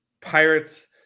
Pirates